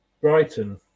Brighton